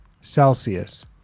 Celsius